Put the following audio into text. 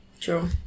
True